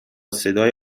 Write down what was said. صدای